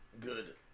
good